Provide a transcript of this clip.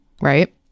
Right